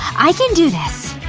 i can do this.